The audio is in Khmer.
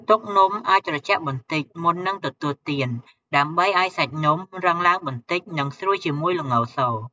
ទុកនំឱ្យត្រជាក់បន្តិច មុននឹងទទួលទាន ដើម្បីឲ្យសាច់នំរឹងឡើងបន្តិច និងស្រួយជាមួយល្ងស។